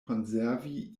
konservi